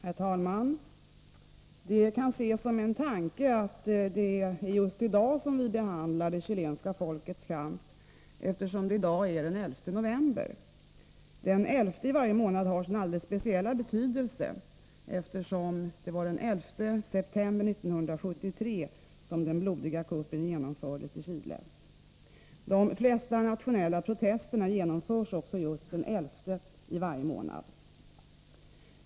Herr talman! Det kan ses som en tanke att det är just i dag som vi behandlar det chilenska folkets kamp, eftersom det i dag är den 11 november. Den 11 i varje månad har sin alldeles speciella betydelse eftersom det var den 11 september 1973 som den blodiga kuppen genomfördes i Chile. De flesta nationella protesterna genomförs också just den 11 i varje månad.